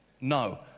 No